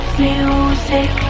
music